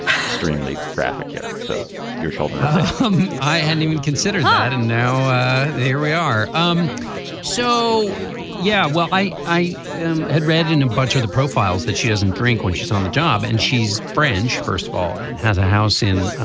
extremely graphic here. so your children um i hadn't even considered that and now here we are. um so yeah well i i had read in a bunch of the profiles that she doesn't drink when she's on the job and she's french first fall and has a house in